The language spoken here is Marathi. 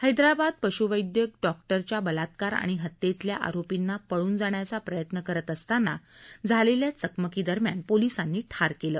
हैदराबाद पशुवैद्यक डॉक्टरच्या बलात्कार आणि हत्येतल्या आरोपींना पळून जाण्याचा प्रयत्न करत असताना झालेल्या चकमकीदरम्यान पोलिसांनी ठार केलं